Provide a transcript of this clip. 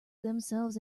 themselves